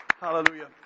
Hallelujah